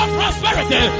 prosperity